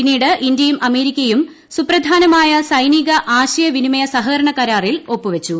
പിന്നീട് ഇന്ത്യയും അമേരിക്കയും സുപ്രധാനമായ സൈനിക ആശയവിനിമയ സഹകരണ കരാറിൽ ഒപ്പുവച്ചു